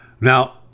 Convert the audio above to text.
Now